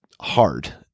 hard